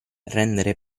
rendere